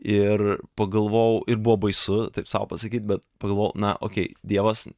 ir pagalvojau ir buvo baisu taip sau pasakyt bet pagalvojau na okei dievas